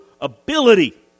ability